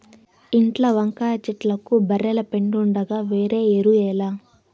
ఇంట్ల వంకాయ చెట్లకు బర్రెల పెండుండగా వేరే ఎరువేల